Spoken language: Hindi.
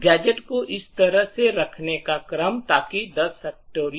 गैजेट्स को इस तरह से रखने का क्रम ताकि 10